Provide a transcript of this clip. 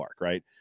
right